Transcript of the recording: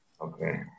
Okay